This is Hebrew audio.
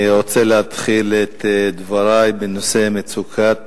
אני רוצה להתחיל את דברי בנושא מצוקת